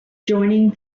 joining